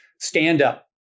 stand-up